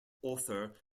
author